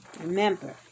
Remember